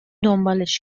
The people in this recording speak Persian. دنبالش